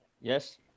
yes